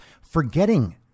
forgetting